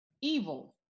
Evil